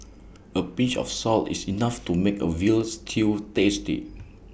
A pinch of salt is enough to make A Veal Stew tasty